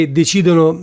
decidono